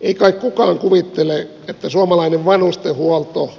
ei kai kukaan kuvittele että suomalainen vanhustenhuolto